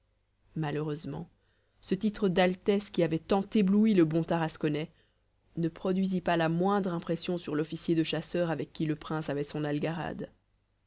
malheureusement ce titre d'altesse qui avait tant ébloui le bon tarasconnais ne produisit pas la moindre impression sur l'officier de chasseurs avec qui le prince avait son algarade